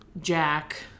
Jack